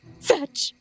Fetch